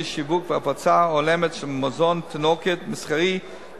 שיווק והפצה הולמות של מזון תינוקות מסחרי,